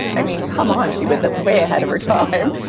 i mean, come on. she was way ahead of her time.